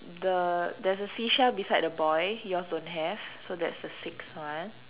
the there's a seashell beside the boy yours don't have so that's the sixth one